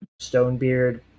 Stonebeard